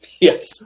Yes